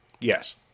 yes